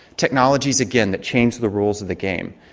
technologies, again, that change the rules of the game.